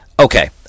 Okay